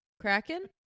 Kraken